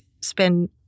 spend